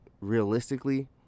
realistically